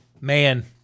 Man